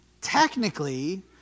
Technically